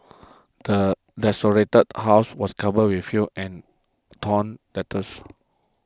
the desolated house was covered with filth and torn letters